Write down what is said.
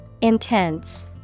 Intense